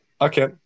Okay